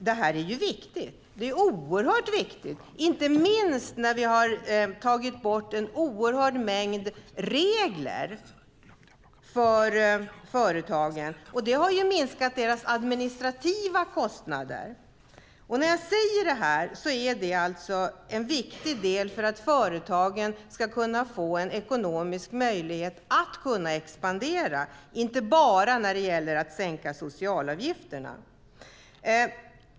De är oerhört viktiga förändringar, inte minst för att vi tagit bort en stor mängd regler för företagen, vilket minskat deras administrativa kostnader. När jag säger detta är det en viktig del i att företagen ska kunna få ekonomiska möjligheter att expandera, inte bara när det gäller att sänka socialavgifterna.